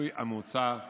מהמיסוי המוצע הנ"ל,